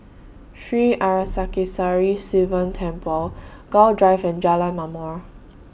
Sri Arasakesari Sivan Temple Gul Drive and Jalan Ma'mor